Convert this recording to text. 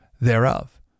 thereof